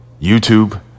YouTube